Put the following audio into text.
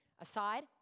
aside